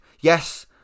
Yes